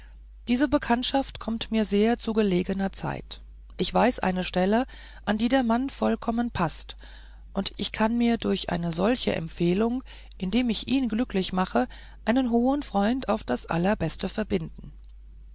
diese bekanntschaft kommt mir sehr zu gelegener zeit ich weiß eine stelle an die der mann vollkommen paßt und ich kann mir durch eine solche empfehlung indem ich ihn glücklich mache einen hohen freund auf das allerbeste verbinden